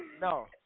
No